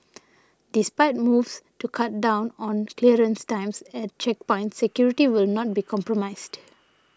despite moves to cut down on clearance times at checkpoints security will not be compromised